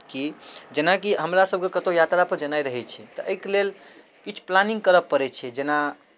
कि जेनाकि हमरासभके कतहु यात्रापर जेनाइ रहै छै तऽ एहिके लेल किछु प्लानिंग करय पड़ै छै जेना